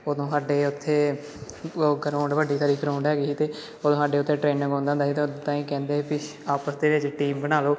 ਉਦੋਂ ਸਾਡੇ ਉੱਥੇ ਉਹ ਗਰੋਂਡ ਵੱਡੀ ਸਾਰੀ ਗਰੋਂਡ ਹੈਗੀ ਹੀ ਅਤੇ ਉਦੋਂ ਸਾਡੇ ਉੱਥੇ ਟ੍ਰੇਨਿੰਗ ਹੁੰਦਾ ਹੁੰਦਾ ਸੀ ਅਤੇ ਉਦਾਂ ਹੀ ਕਹਿੰਦੇ ਵੀ ਆਪਸ ਦੇ ਵਿੱਚ ਟੀਮ ਬਣਾ ਲਉ